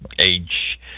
age